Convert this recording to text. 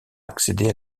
accéder